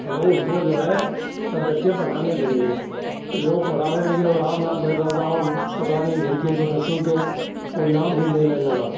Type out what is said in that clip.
तो उसको जो है सब बच्चे पढाने ले गए वह पढ़ाने लगे राम नाम कहता था और पता नहीं घर के सदस्यों के वह नाम भी लेने लगा